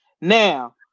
Now